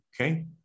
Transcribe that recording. Okay